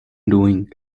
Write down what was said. doing